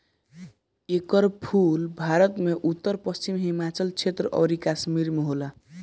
एकर फूल भारत में उत्तर पश्चिम हिमालय क्षेत्र अउरी कश्मीर में होला